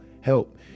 help